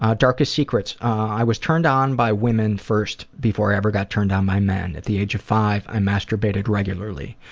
ah darkest secrets? i was turned on by women first before i ever got turned on by men. at the age of five, i masturbated regularly.